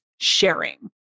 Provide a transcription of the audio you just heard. sharing